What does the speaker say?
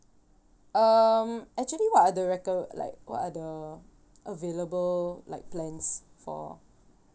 um actually what are the reco~ like what are the available like plans for